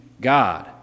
God